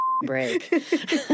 break